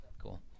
Cool